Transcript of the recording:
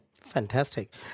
Fantastic